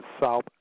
South